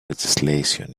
legislation